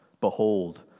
Behold